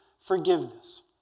forgiveness